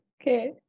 Okay